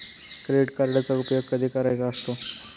Credit कार्डचा उपयोग कधी करायचा असतो?